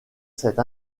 cette